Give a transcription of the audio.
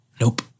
Nope